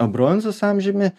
o bronzos amžiumi